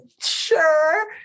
sure